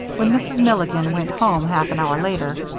when mrs. milligan went home half an hour later,